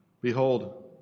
Behold